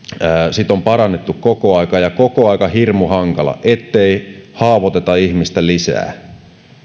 sitä on parannettu koko ajan ja on koko ajan hirmu hankalaa ettei haavoiteta ihmistä lisää